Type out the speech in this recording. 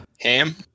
Ham